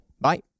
bye